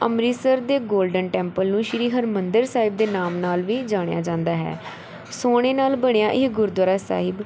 ਅੰਮ੍ਰਿਤਸਰ ਦੇ golden temple ਨੂੰ ਸ਼੍ਰੀ ਹਰਿਮੰਦਰ ਸਾਹਿਬ ਦੇ ਨਾਮ ਨਾਲ ਵੀ ਜਾਣਿਆ ਜਾਂਦਾ ਹੈ ਸੋਨੇ ਨਾਲ ਬਣਿਆ ਇਹ ਗੁਰਦੁਆਰਾ ਸਾਹਿਬ